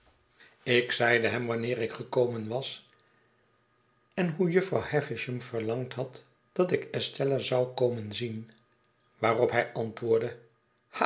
ik zeide hem wanncer ik gekomen was en hoe jufvrouw havisham verlangd had dat ik estella zou komen zien waarophij antwoordde